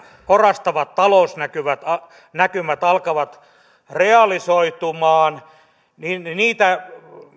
orastavat ta lousnäkymät alkavat realisoitumaan niin niin niitä